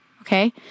okay